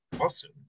awesome